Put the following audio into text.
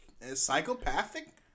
psychopathic